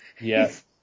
Yes